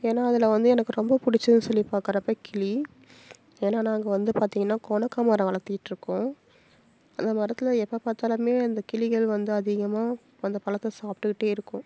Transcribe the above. ஏன்னா அதில் வந்து எனக்கு ரொம்ப பிடிச்சதுன்னு சொல்லி பாக்கிறப்ப கிளி ஏன்னா நாங்கள் வந்து பார்த்திங்கன்னா கோணக்கா மரம் வளத்துக்கிட்ருக்கோம் அந்த மரத்தில் எப்போ பார்த்தாலுமே அந்த கிளிகள் வந்து அதிகமாக அந்த பழத்த சாப்ட்டுக்கிட்டே இருக்கும்